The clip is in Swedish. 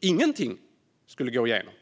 Ingenting skulle gå igenom.